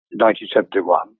1971